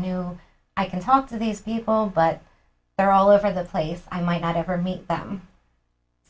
knew i can talk to these people but they're all over the place i might not ever meet them